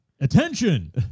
attention